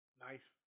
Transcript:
Nice